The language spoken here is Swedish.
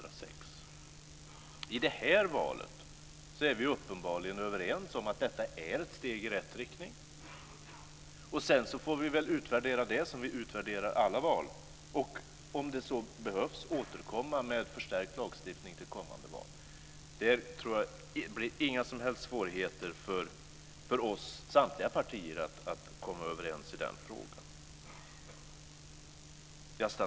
När det gäller det här valet är vi uppenbarligen överens om att detta är ett steg i rätt riktning. Sedan får vi väl utvärdera det, som vi utvärderar alla val, och om det så behövs återkomma med en förstärkt lagstiftning till kommande val. Jag tror inte att det blir några som helst svårigheter för oss samtliga partier att komma överens i den frågan.